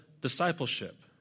discipleship